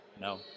no